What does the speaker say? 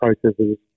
processes